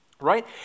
right